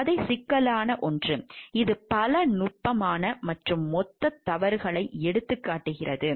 கதை சிக்கலான ஒன்று இது பல நுட்பமான மற்றும் மொத்த தவறுகளை எடுத்துக்காட்டுகிறது